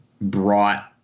brought